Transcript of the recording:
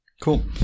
cool